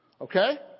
Okay